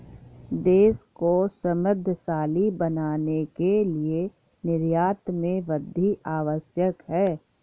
देश को समृद्धशाली बनाने के लिए निर्यात में वृद्धि आवश्यक है